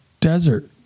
desert